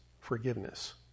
forgiveness